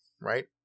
right